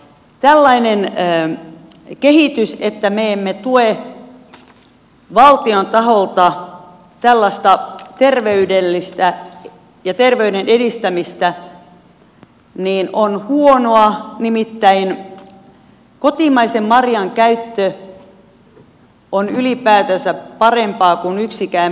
tällainen kehitys että me emme tue valtion taholta tällaista terveyden edistämistä on huonoa nimittäin kotimaisen marjan käyttö on ylipäätänsä parempaa kuin yksikään vitamiinipilleri